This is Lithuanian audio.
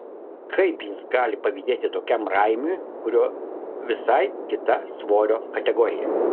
kaip jis gali pavydėti tokiam raimiui kurio visai kita svorio kategorija